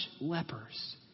lepers